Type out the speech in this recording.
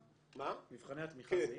מבחני התמיכה הם זהים?